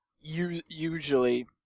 usually